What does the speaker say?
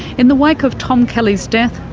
in the wake of tom kelly's death,